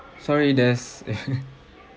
sorry there's a